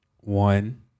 One